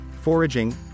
foraging